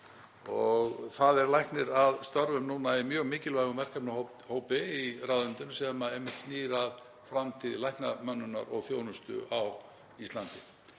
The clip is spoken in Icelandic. og það er læknir að störfum núna í mjög mikilvægum verkefnahópi í ráðuneytinu sem snýr einmitt að framtíð læknamönnunar og þjónustu á Íslandi